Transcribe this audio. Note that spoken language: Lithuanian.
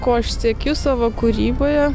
ko aš siekiu savo kūryboje